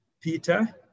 Peter